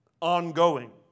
ongoing